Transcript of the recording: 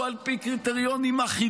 יהיו על פי קריטריונים אחידים.